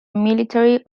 military